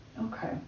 Okay